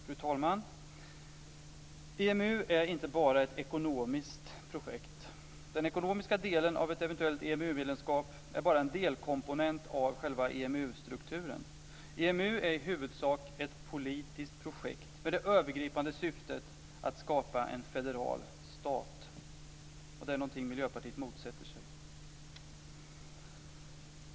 Fru talman! EMU är inte bara ett ekonomiskt projekt. Den ekonomiska delen av ett eventuellt EMU-medlemskap är bara en delkomponent i själva EMU-strukturen. EMU är i huvudsak ett politiskt projekt med det övergripande syftet att skapa en federal stat. Det är något som Miljöpartiet motsätter sig.